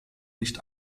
nicht